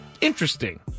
interesting